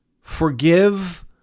forgive